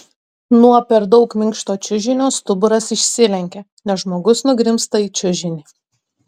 nuo per daug minkšto čiužinio stuburas išsilenkia nes žmogus nugrimzta į čiužinį